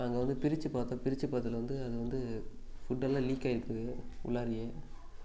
நாங்கள் வந்து பிரிச்சு பார்த்தோம் பிரிச்சு பார்த்ததுல வந்து அது வந்து ஃபுட்டெல்லாம் லீக் ஆயிருக்குது உள்ளாரையே